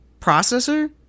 processor